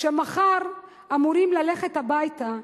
שמחר הם אמורים ללכת הביתה,